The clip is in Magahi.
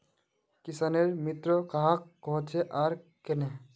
किसानेर मित्र कहाक कोहचे आर कन्हे?